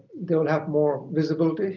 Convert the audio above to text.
they'll have more visibility